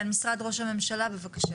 כן, משרד ראש הממשלה, בבקשה.